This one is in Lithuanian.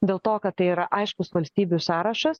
dėl to kad tai yra aiškus valstybių sąrašas